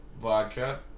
Vodka